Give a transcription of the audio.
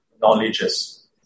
knowledges